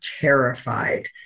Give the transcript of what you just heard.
terrified